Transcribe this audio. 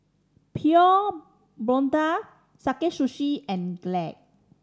Pure Blonde Sakae Sushi and Glade